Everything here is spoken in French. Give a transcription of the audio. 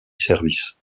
services